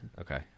Okay